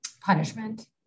punishment